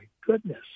goodness